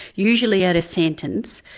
usually at a sentence,